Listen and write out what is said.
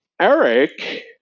Eric